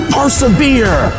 persevere